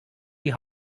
die